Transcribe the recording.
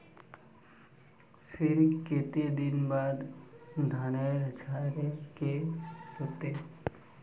फिर केते दिन बाद धानेर झाड़े के होते?